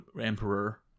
emperor